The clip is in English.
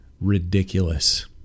ridiculous